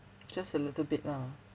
just a little bit lah